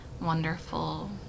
wonderful